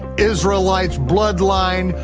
israelites, bloodline,